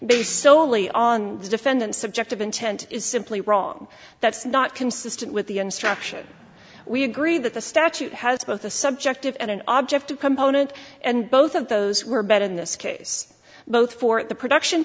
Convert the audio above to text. based solely on the defendant's subjective intent is simply wrong that's not consistent with the instruction we agree that the statute has both a subjective and an object a component and both of those were better in this case both for the production